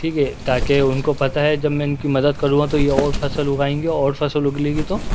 ٹھیک ہے تاکہ ان کو پتہ ہے جب میں ان کی مدد کروں گا تو یہ اور فصل اگائیں گے اور فصل اگلے گی تو